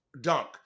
Dunk